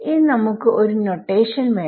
ഇനി നമുക്ക് ഒരു നൊട്ടേഷൻ വേണം